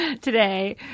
today